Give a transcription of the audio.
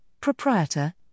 proprietor